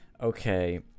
okay